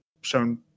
shown